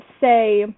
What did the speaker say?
say